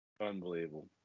Unbelievable